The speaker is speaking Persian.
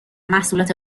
محصولات